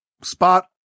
spot